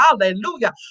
hallelujah